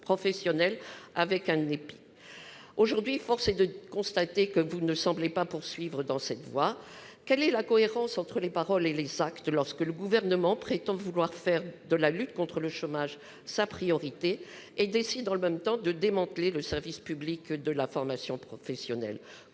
professionnelle, avec un statut d'EPIC. Aujourd'hui, force est de constater que l'actuel gouvernement ne semble pas vouloir poursuivre dans cette voie. Quelle est la cohérence entre les paroles et les actes lorsque le Gouvernement prétend vouloir faire de la lutte contre le chômage sa priorité et décide, dans le même temps, de démanteler le service public de la formation professionnelle ?